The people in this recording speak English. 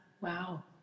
wow